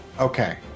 Okay